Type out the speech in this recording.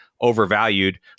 overvalued